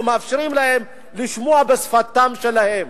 לא מאפשרים להם לשמוע בשפתם שלהם?